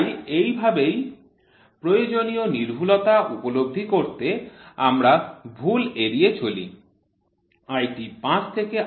তাই এভাবেই প্রয়োজনীয় নির্ভুলতা উপলব্ধি করতে আমরা ভুল এড়িয়ে চলি